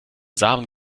samen